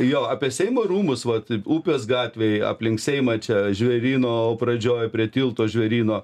jo apie seimo rūmus va taip upės gatvėj aplink seimą čia žvėryno pradžioj prie tilto žvėryno